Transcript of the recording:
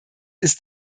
ist